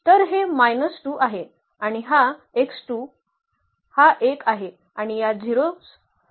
तर हे 2 आहे आणि हा हा 1 आहे आणि या 0 s साठी आपण 0 घेऊ